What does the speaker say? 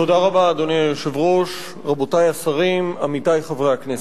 אדוני היושב-ראש, רבותי השרים, עמיתי חברי הכנסת,